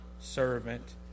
servant